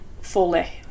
fully